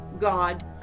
god